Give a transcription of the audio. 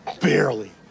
barely